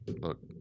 Look